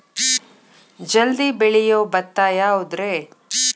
ಜಲ್ದಿ ಬೆಳಿಯೊ ಭತ್ತ ಯಾವುದ್ರೇ?